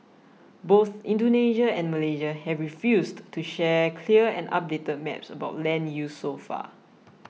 both Indonesia and Malaysia have refused to share clear and updated maps about land use so far